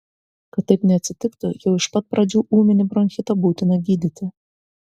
kad taip neatsitiktų jau iš pat pradžių ūminį bronchitą būtina gydyti